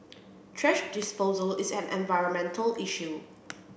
thrash disposal is an environmental issue